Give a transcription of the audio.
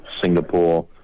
Singapore